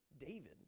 David